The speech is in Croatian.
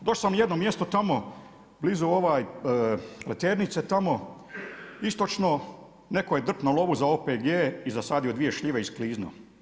Došao sam u jedno mjesto tamo blizu ovaj Pleternice tamo, istočno, netko je drpnuo lovu za OPG i zasadio 2 šljive i skliznuo.